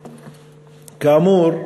כאמור,